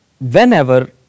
whenever